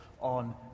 on